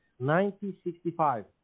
1965